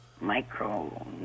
micro